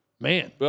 Man